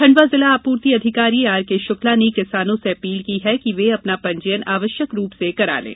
खंडवा जिला आपूर्ति अधिकारी आरके शुक्ला ने किसानों से अपील की है कि वे अपना पंजीयन आवश्यक रूप से करा लें